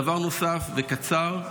דבר נוסף וקצר,